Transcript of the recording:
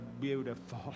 beautiful